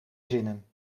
zinnen